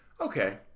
okay